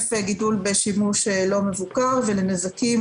להיקף גידול בשימוש לא מבוקר ולנזקים.